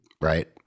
right